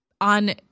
on